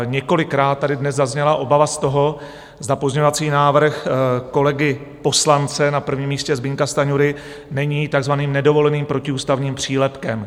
Několikrát tady dnes zazněla obava z toho, zda pozměňovací návrh kolegy poslance na prvním místě Zbyňka Stanjury není takzvaným nedovoleným protiústavním přílepkem.